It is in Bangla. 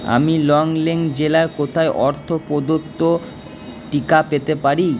আমি লংলেং জেলার কোথায় অর্থপ্রদত্ত টিকা পেতে পারি